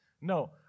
No